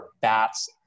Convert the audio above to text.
bats